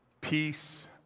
Peace